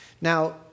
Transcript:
Now